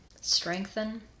strengthen